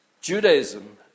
Judaism